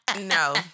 No